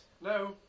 No